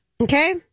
Okay